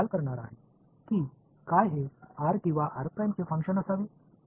எனவே இதை நான் என்று அழைக்கப் போகிறேன் இது r அல்லது r இன் செயல்பாடாக இருக்க வேண்டும்